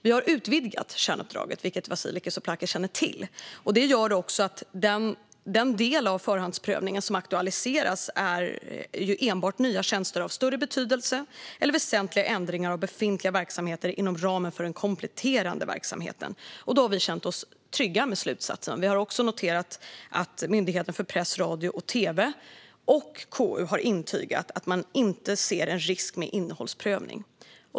Vi har utvidgat kärnuppdraget, vilket Vasiliki Tsouplaki känner till. Det gör att den del av förhandsprövningen som aktualiseras enbart handlar om nya tjänster av större betydelse eller väsentliga ändringar av befintliga verksamheter inom ramen för den kompletterande verksamheten. Vi har känt oss trygga med denna slutsats. Vi har också noterat att Myndigheten för press, radio och tv liksom KU har intygat att man inte ser någon risk med innehållsprövning.